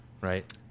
right